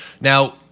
Now